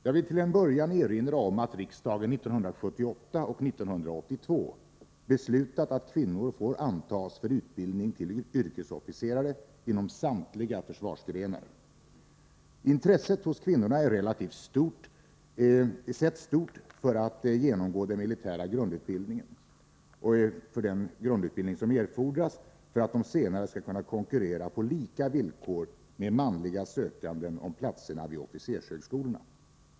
Jag vill till en början erinra om att riksdagen 1978 och 1982 beslutat att kvinnor får antas för utbildning till yrkesofficerare inom samtliga försvarsgrenar. Intresset hos kvinnorna är relativt sett stort för att genomgå den militära grundutbildning som erfordas för att de senare skall kunna konkurrera på lika villkor med manliga sökande om platserna vid officershögskolorna.